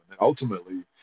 Ultimately